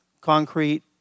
concrete